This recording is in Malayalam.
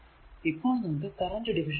ഇപ്പോൾ നമുക്ക് കറന്റ് ഡിവിഷൻ കിട്ടി